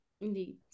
Indeed